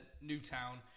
Newtown